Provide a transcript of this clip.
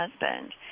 husband